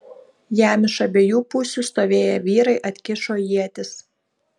jam iš abiejų pusių stovėję vyrai atkišo ietis